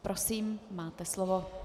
Prosím, máte slovo.